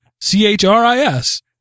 C-H-R-I-S